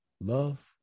love